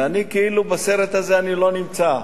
ואני, כאילו, בסרט הזה אני לא נמצא,